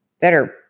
better